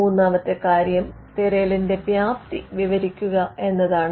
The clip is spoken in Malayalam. മൂന്നാമത്തെ കാര്യം തിരയലിന്റെ വ്യാപ്തി വിവരിക്കുക എന്നതാണ്